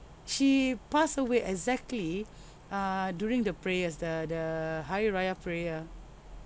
she pass away exactly err during the prayers the the hari raya prayer